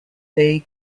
they